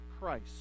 Christ